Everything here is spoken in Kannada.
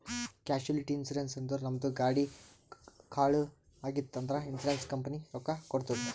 ಕ್ಯಾಶುಲಿಟಿ ಇನ್ಸೂರೆನ್ಸ್ ಅಂದುರ್ ನಮ್ದು ಗಾಡಿ ಕಳು ಆಗಿತ್ತ್ ಅಂದ್ರ ಇನ್ಸೂರೆನ್ಸ್ ಕಂಪನಿ ರೊಕ್ಕಾ ಕೊಡ್ತುದ್